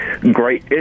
great